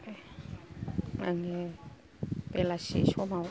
आंङो बेलासि समाव